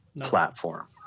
platform